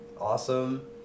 awesome